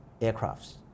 aircrafts